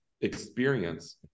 experience